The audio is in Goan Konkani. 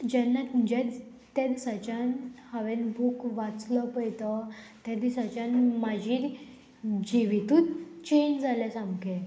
जेन्ना जे त्या दिसाच्यान हांवेन बूक वाचलो पय तो त्या दिसाच्यान म्हाजी जिवितूत चेंज जाले सामके